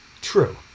true